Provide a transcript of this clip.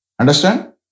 Understand